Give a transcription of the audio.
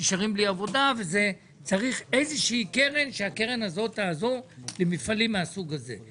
נשארים בלי עבודה וצריך איזושהי קרן שתעזור למפעלים מהסוג הזה.